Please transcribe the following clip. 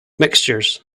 mixtures